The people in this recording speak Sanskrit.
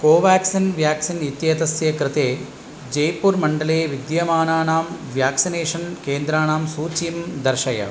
कोवाक्सिन् व्याक्सिन् इत्येतस्य कृते जैपुर्मण्डले विद्यमानानां व्याक्सिनेषन् केन्द्राणां सूचीं दर्शय